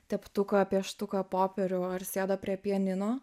teptuką pieštuką popierių ar sėdo prie pianino